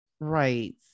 right